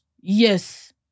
Yes